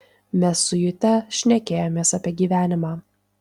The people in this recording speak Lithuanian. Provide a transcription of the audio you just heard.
mes su jute šnekėjomės apie gyvenimą